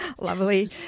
Lovely